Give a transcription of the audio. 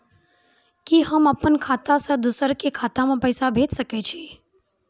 कि होम अपन खाता सं दूसर के खाता मे पैसा भेज सकै छी?